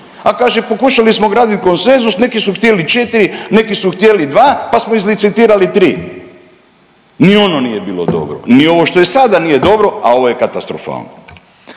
A kaže pokušali smo graditi konsenzus, neki su htjeli 4, neki su htjeli dva, pa smo izlicitirali tri. Ni ono nije bilo dobro. Ni ovo što je sada nije dobro, a ovo je katastrofalno.